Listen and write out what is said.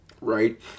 right